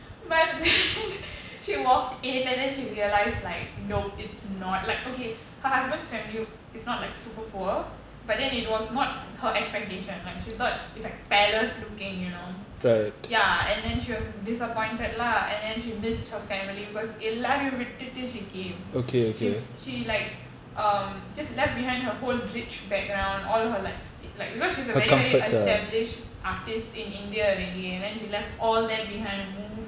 but then she walked in and then she realised like nope it's not like okay her husband's family it's not like super poor but then it was not her expectation like she thought it's like palace looking you know ya and then she was disappointed lah and then she missed her family because எல்லாரையும்விட்டுட்டு:ellarayum vittutu she came she she like um just left behind her whole rich background all her like st~ like because she's a very very established artist in india already and then she left all that behind move